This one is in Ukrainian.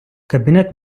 кабінет